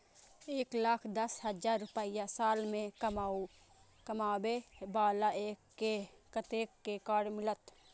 एक लाख दस हजार रुपया साल में कमाबै बाला के कतेक के कार्ड मिलत?